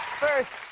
first,